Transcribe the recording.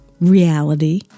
reality